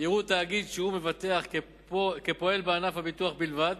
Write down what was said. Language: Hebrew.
יראו תאגיד שהוא מבטח כפועל בענף הביטוח בלבד,